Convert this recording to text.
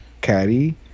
caddy